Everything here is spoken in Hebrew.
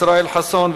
ישראל חסון,